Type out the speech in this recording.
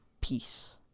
peace